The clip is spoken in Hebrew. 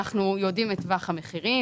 אנחנו יודעים את טווח המחירים,